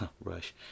rush